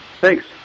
Thanks